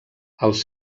els